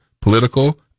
political